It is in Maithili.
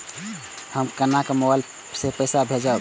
हम केना मोबाइल से पैसा भेजब?